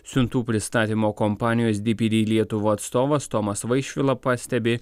siuntų pristatymo kompanijos dypydy lietuva atstovas tomas vaišvila pastebi